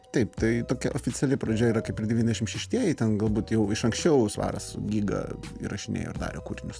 taip tai tokia oficiali pradžia yra kaip ir devyniasdešim šeštieji ten galbūt jau iš anksčiau svaras su giga įrašinėjo ir darė kūrinius